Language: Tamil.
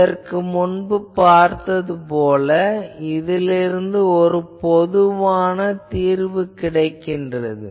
இதற்கு முன்பே பார்த்தது போல இதிலிருந்து ஒரு பொதுவான தீர்வு கிடைக்கிறது